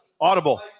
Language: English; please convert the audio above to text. Audible